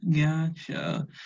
Gotcha